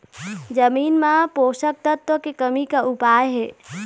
जमीन म पोषकतत्व के कमी का उपाय हे?